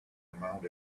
amount